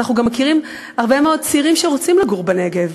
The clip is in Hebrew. ואנחנו גם מכירים הרבה מאוד צעירים שרוצים לגור בנגב,